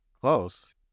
Close